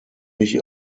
mich